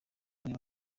ari